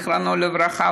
זיכרונו לברכה,